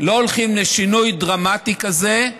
לשינוי דרמטי כזה,